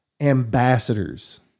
ambassadors